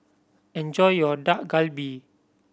enjoy your Dak Galbi